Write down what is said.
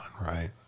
right